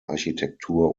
architektur